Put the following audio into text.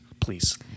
please